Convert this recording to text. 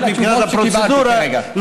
מבחינת הפרוצדורה,